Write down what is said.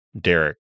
Derek